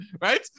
Right